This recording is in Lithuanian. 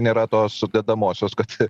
nėra tos sudedamosios kad